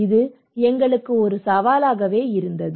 இது எங்களுக்கு ஒரு சவாலாக இருந்தது